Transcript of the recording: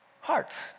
hearts